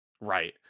right